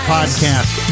Podcast